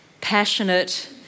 passionate